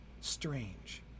strange